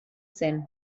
zen